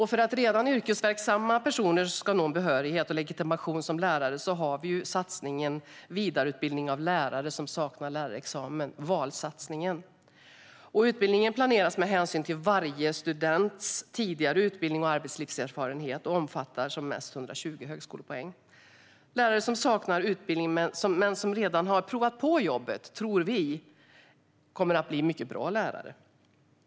För att redan yrkesverksamma personer ska nå behörighet och legitimation som lärare finns satsningen Vidareutbildning av lärare som saknar lärarexamen, VAL. Utbildningen planeras med hänsyn till varje students tidigare utbildning och arbetslivserfarenhet och omfattar som mest 120 högskolepoäng. Vi tror att de som saknar lärarutbildning men har provat på jobbet som lärare och vill vidareutbilda sig kommer att bli mycket bra lärare.